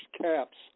caps